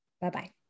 Bye-bye